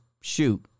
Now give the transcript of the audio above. shoot